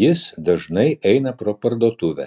jis dažnai eina pro parduotuvę